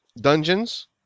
dungeons